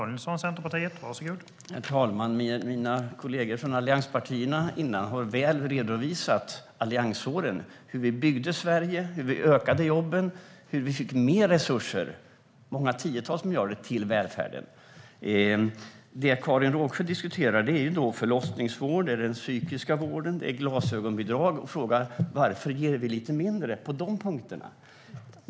Herr talman! Mina kollegor från allianspartierna har redovisat väl hur vi under alliansåren byggde Sverige, ökade jobben och fick mer resurser, många tiotals miljarder, till välfärden. Det Karin Rågsjö diskuterar är förlossningsvård, psykisk vård och glasögonbidrag. Hon frågar varför vi ger lite mindre på dessa punkter.